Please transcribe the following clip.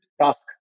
task